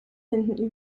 finden